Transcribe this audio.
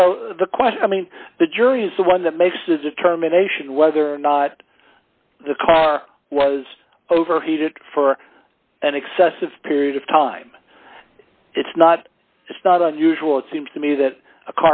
so the question i mean the jury is the one that makes the determination whether or not the car was overheated for an excessive period of time it's not it's not unusual it seems to me that a